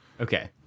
Okay